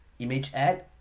image ad,